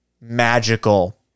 magical